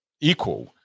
equal